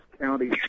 County